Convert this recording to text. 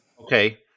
okay